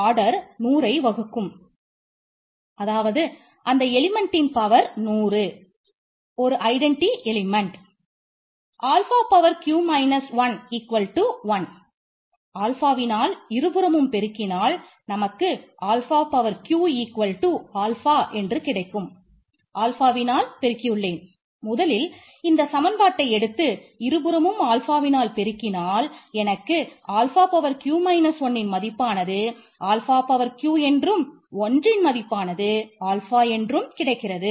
alpha என்றும் கிடைக்கிறது